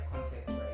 context